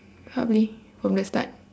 probably from the start